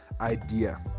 idea